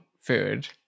food